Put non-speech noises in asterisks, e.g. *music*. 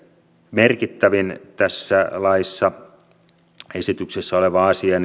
merkittävin tässä esityksessä oleva asia *unintelligible*